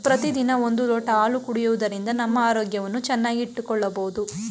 ಪ್ರತಿದಿನ ಒಂದು ಲೋಟ ಹಾಲು ಕುಡಿಯುವುದರಿಂದ ನಮ್ಮ ಆರೋಗ್ಯವನ್ನು ಚೆನ್ನಾಗಿ ಇಟ್ಟುಕೊಳ್ಳಬೋದು